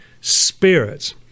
spirits